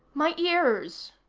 my ears!